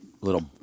little